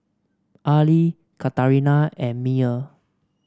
Arley Katarina and Meyer